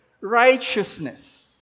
righteousness